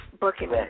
booking